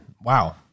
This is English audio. Wow